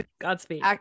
Godspeed